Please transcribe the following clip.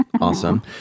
awesome